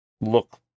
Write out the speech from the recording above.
look